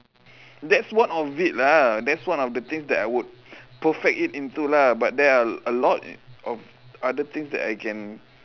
that's one of it lah that's one of things that I would perfect it into lah but there are a lot of other things that I can